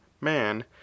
man